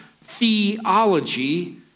theology